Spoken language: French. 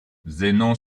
zénon